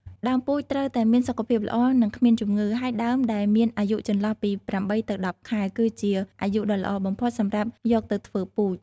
ដើមពូជត្រូវតែមាន សុខភាពល្អ និងគ្មានជំងឺ ហើយដើមដែលមានអាយុចន្លោះពី ៨ ទៅ ១០ ខែ គឺជាអាយុដ៏ល្អបំផុតសម្រាប់យកទៅធ្វើពូជ។